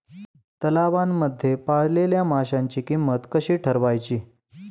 तलावांमध्ये पाळलेल्या माशांची किंमत कशी ठरवायची?